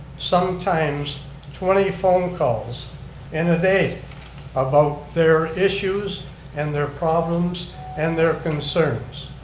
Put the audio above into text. sometimes twenty phone calls in a day about their issues and their problems and their concerns.